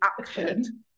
action